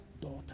daughter